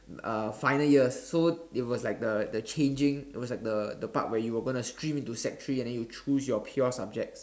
uh final years so it was like the the changing it was like the the part where you were going to stream into sec three and then you choose your pure subject